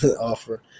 offer